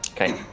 Okay